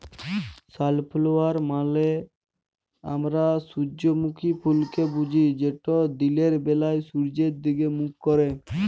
sunflower মালে আমরা সূজ্জমুখী ফুলকে বুঝি যেট দিলের ব্যালায় সূয্যের দিগে মুখ ক্যারে